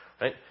right